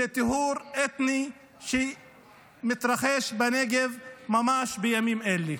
זה טיהור אתני שמתרחש בנגב ממש בימים אלה.